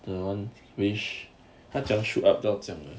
the one range 他怎样 shoot up 到这样的